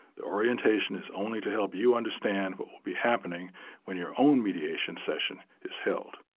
the orientation is only to help you understand what will be happening when your own mediation session is held.